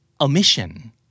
omission